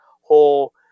whole